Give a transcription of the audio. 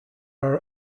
are